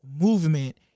movement